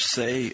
say